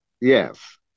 Yes